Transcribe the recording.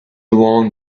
along